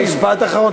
משפט אחרון.